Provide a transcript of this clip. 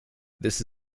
this